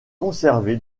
conservé